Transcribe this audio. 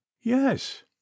Yes